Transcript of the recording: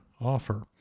offer